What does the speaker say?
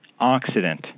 oxidant